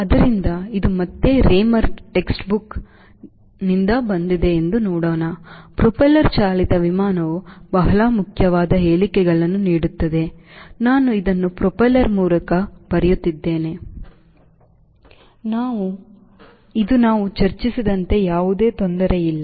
ಆದ್ದರಿಂದ ಇದು ಮತ್ತೆ Raymerನಿಂದ ಬಂದಿದೆ ಎಂದು ನೋಡೋಣ ಪ್ರೊಪೆಲ್ಲರ್ ಚಾಲಿತ ವಿಮಾನವು ಬಹಳ ಮುಖ್ಯವಾದ ಹೇಳಿಕೆಗಳನ್ನು ನೀಡುತ್ತದೆ ನಾನು ಇದನ್ನು ಪ್ರೊಪೆಲ್ಲರ್ ಮೂಲಕ ಬರೆಯುತ್ತಿದ್ದೇನೆ ಇದು ನಾವು ಚರ್ಚಿಸಿದಂತೆ ಯಾವುದೇ ತೊಂದರೆಯಿಲ್ಲ